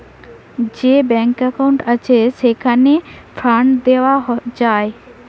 যে ব্যাংকে একউন্ট আছে, সেইখানে ফান্ড দেওয়া যায়